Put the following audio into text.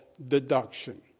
deduction